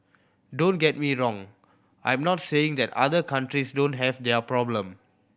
don't get me wrong I'm not saying that other countries don't have their problem